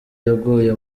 yaguye